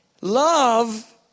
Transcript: Love